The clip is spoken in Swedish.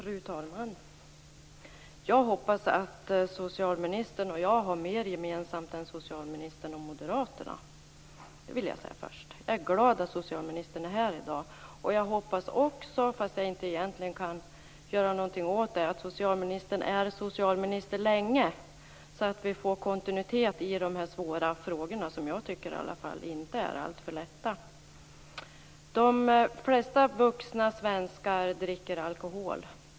Fru talman! Jag hoppas att socialministern och jag har mer gemensamt än socialministern och Moderaterna. Jag är glad att socialministern är här i dag. Jag hoppas också - fast jag egentligen inte kan göra någonting åt det - att socialministern är socialminister länge, så att vi får kontinuitet i dessa svåra frågor. De flesta vuxna svenskar dricker alkohol.